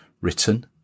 written